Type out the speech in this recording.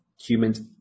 humans